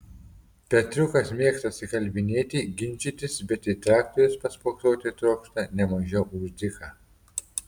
petriukas mėgsta atsikalbinėti ginčytis bet į traktorius paspoksoti trokšta ne mažiau už dziką